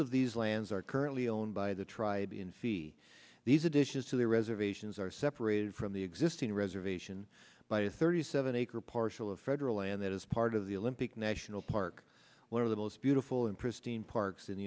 of these lands are currently owned by the tribe in fee these additions to the reservations are created from the existing reservation by a thirty seven acre parcel of federal land that is part of the olympic national park one of the most beautiful and pristine parks in the